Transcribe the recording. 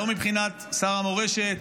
לא מבחינת שר המורשת,